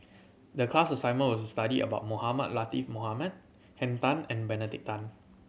the class assignment was to study about Mohamed Latiff Mohamed Henn Tan and Benedict Tan